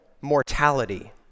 mortality